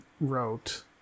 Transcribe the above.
wrote